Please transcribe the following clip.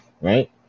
right